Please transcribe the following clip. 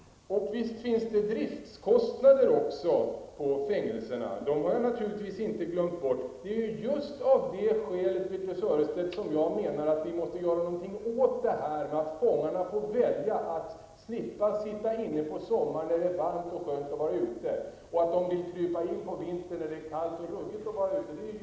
Visst finns det driftskostnader också på fängelserna. Dem har jag naturligtvis inte glömt bort. Det är just av det skälet, Birthe Sörestedt, som jag menar att vi måste göra något åt att fångarna får välja att slippa sitta inne på sommaren när det är varmt och skönt att vara ute och krypa in på vintern när det är kallt och ruggigt att vara ute.